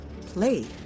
play